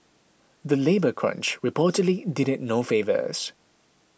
the labour crunch reportedly did it no favours